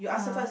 uh